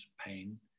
pain